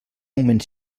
augment